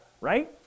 right